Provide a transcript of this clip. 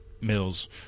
Mills